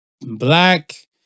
Black